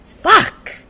Fuck